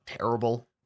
terrible